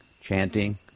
chanting